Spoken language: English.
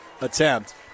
attempt